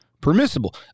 permissible